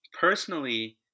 personally